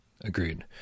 agreed